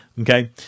okay